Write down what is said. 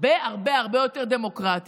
הרבה הרבה הרבה יותר דמוקרטי,